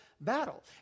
battle